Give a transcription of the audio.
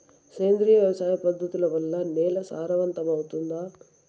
సేంద్రియ వ్యవసాయ పద్ధతుల వల్ల, నేల సారవంతమౌతుందా?